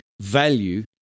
value